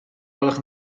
gwelwch